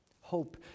hope